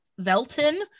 velton